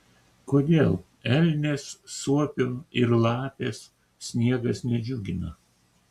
kodėl elnės suopio ir lapės sniegas nedžiugina